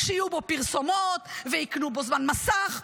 יהיו בו פרסומות ויקנו בו זמן מסך.